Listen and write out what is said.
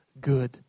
good